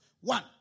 One